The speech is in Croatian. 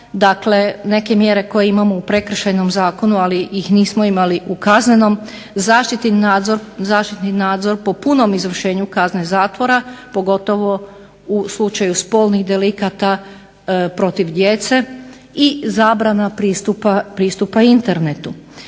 neke mjere koje imamo u prekršajnom zakonu ali ih nismo imali u kaznenom, zaštitni nadzor po punom izvršenju kazne zatvore pogotovo u slučaju spolnih delikata protiv djece i zabrana pristupa internetu.